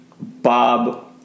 Bob